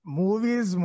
movies